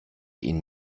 ihn